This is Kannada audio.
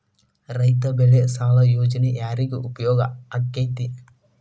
ರೈತ ಬೆಳೆ ಸಾಲ ಯೋಜನೆ ಯಾರಿಗೆ ಉಪಯೋಗ ಆಕ್ಕೆತಿ?